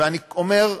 ואני אומר,